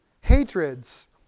hatreds